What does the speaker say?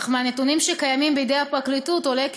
אך מהנתונים שקיימים בידי הפרקליטות עולה כי